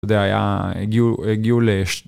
זה היה הגיעו לש...